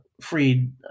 freed